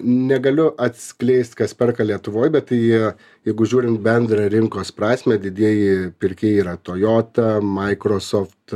negaliu atskleist kas perka lietuvoje bet tai jeigu žiūrint bendrą rinkos prasmę didieji pirkėjai yra toyota microsoft